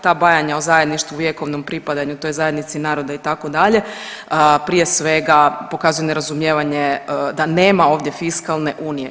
Ta bajanja o zajedništvu, vjekovnom pripadanju toj zajednici i naroda itd. prije svega pokazuje nerazumijevanje da nema ovdje fiskalne unije.